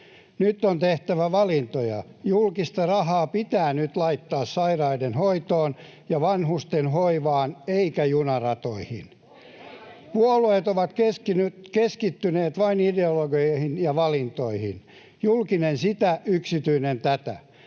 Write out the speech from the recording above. Nyt on tehtävä valintoja. Julkista rahaa pitää nyt laittaa sairaiden hoitoon ja vanhusten hoivaan eikä junaratoihin. [Keskeltä: Oikein!] Puolueet ovat keskittyneet vain ideologisiin valintoihin — julkinen sitä, yksityinen tätä